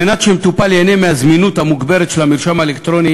כדי שמטופל ייהנה מהזמינות המוגברת של המרשם האלקטרוני,